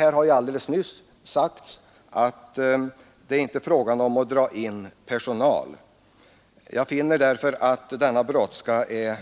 Här har ju också alldeles nyss sagts från utskottets talesmän att det inte är fråga om att dra in personal. Jag finner därför att denna brådska är